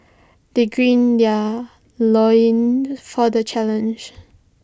they green their loins for the challenge